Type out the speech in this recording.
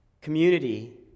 community